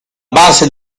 base